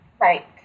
Right